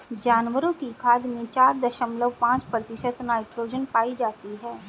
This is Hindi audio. जानवरों की खाद में चार दशमलव पांच प्रतिशत नाइट्रोजन पाई जाती है